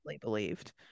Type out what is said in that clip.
believed